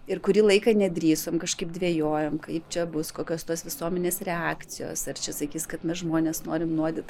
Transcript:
ir kurį laiką nedrįsom kažkaip dvejojom kaip čia bus kokios tos visuomenės reakcijos ar čia sakys kad mes žmones norim nuodyt